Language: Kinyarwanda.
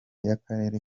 y’akarere